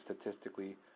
statistically